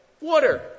Water